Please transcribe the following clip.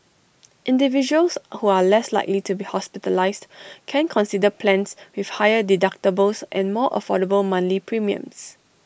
individuals who are less likely to be hospitalised can consider plans with higher deductibles and more affordable monthly premiums